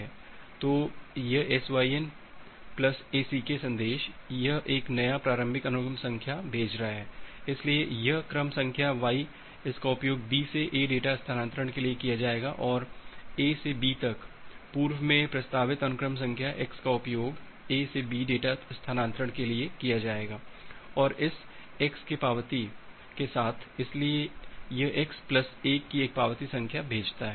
तो यह SYN plus ACK संदेश यह एक नया प्रारंभिक अनुक्रम संख्या भेज रहा है इसलिए यह क्रम संख्या y इसका उपयोग B से A डेटा स्थानांतरण के लिए किया जाएगा और A से B तक पूर्व में प्रस्तावित अनुक्रम संख्या x का उपयोग A से B डेटा स्थानांतरण के लिए किया जाएगा और इस x के पावती साथ इसलिए यह x प्लस 1 की एक पावती संख्या भेजता है